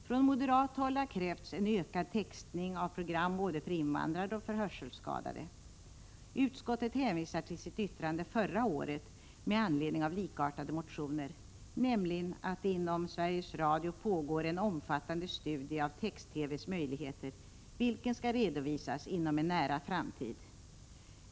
Från moderat håll har krävts en ökad textning av program både för invandrare och för hörselskadade. Utskottet hänvisar till sitt yttrande förra året med anledning av likartade motioner, nämligen att det inom Sveriges Radio pågår en omfattande studie av text-TV:s möjligheter, vilken skall redovisas inom en nära framtid.